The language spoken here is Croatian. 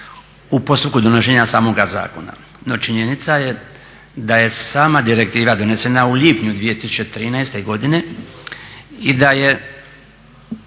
u postupku donošenja samoga zakona. No, činjenica je da je sama direktiva donesena u lipnju 2013. godine i da je